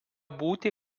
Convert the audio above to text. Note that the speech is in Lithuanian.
būti